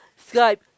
Skype